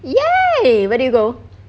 !yay! where did you go